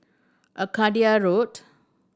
Arcadia Road